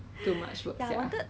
他下面不是 cheesecake